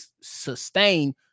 sustain